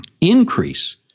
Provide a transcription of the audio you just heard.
increase